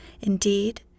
Indeed